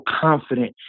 confident